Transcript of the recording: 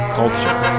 culture